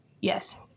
yes